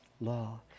law